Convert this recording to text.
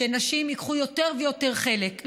שנשים ייקחו יותר ויותר חלק,